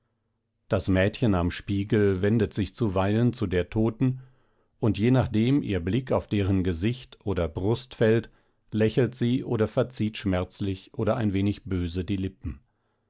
das mädchen am spiegel wendet sich zuweilen zu der toten und je nachdem ihr blick auf deren gesicht oder brust fällt lächelt sie oder verzieht schmerzlich oder ein wenig böse die lippen